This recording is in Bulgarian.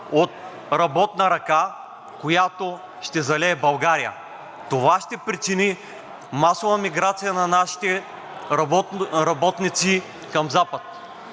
от работна ръка, която ще залее България. Това ще причини масова миграция на нашите работници към Запад.